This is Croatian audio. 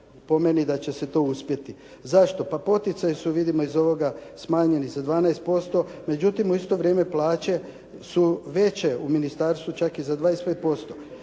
po meni da će se to uspjeti. Zašto? Pa poticaji su vidimo iz ovoga smanjeni vidimo za 12%, međutim u isto vrijeme plaće su veće u ministarstvu čak i za 25%.